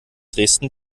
dresden